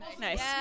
Nice